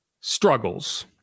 struggles